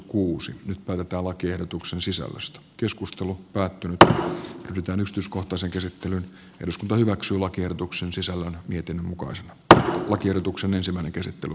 nyt päätetään lakiehdotuksen sisällöstä keskustelu päättynyttä rytönystyskohtaiseen käsittelyyn eduskunta hyväksyi lakiehdotuksen sisällön mietinnön mukaan se että lakiehdotuksen ensimmäinen käsittely